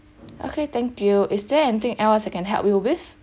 okay thank you is there anything else I can help you with